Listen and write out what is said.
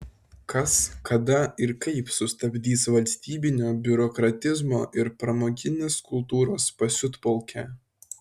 kas kada ir kaip sustabdys valstybinio biurokratizmo ir pramoginės kultūros pasiutpolkę